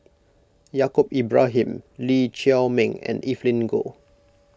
Yaacob Ibrahim Lee Chiaw Meng and Evelyn Goh